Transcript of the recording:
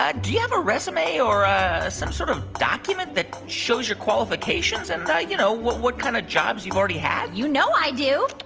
ah do you have a resume or ah some sort of document that shows your qualifications and, you know, what kind kind of jobs you've already had? you know i do.